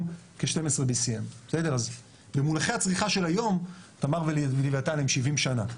כ-12 BCM. במונחי הצריכה של היום תמר ולוויתן הם 70 שנה,